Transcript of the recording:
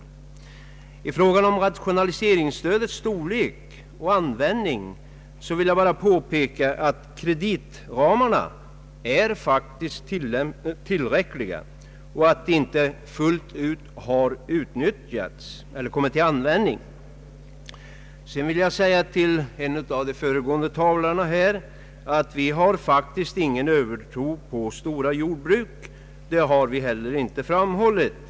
Vad beträffar rationaliseringsstödets storlek och användning vill jag bara påpeka att kreditramarna faktiskt är tillräckliga och att de inte fullt ut har tagits i anspråk. Vidare vill jag säga till en av de föregående talarna att vi faktiskt inte har någon övertro på stora jordbruk. Det har vi heller inte framhållit.